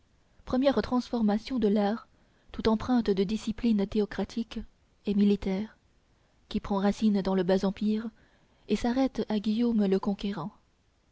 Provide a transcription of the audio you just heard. première transformation de l'art tout empreinte de discipline théocratique et militaire qui prend racine dans le bas-empire et s'arrête à guillaume le conquérant